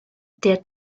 der